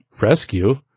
rescue